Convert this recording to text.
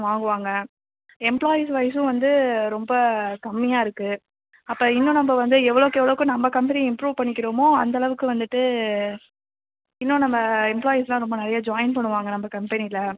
வாங்குவாங்க எம்ப்ளாயீஸ் வைஸும் வந்து ரொம்ப கம்மியாக இருக்குது அப்போ இன்னும் நம்ம வந்து எவ்வளோக்கு எவ்வளோக்கு நம்ம கம்பனியை இம்ப்ரூவ் பண்ணிக்கிறோமோ அந்தளவுக்கு வந்துவிட்டு இன்னும் நம்ம எம்ப்ளாயீஸ்லாம் ரொம்ப நிறையா ஜாய்ன் பண்ணுவாங்க நம்ம கம்பெனில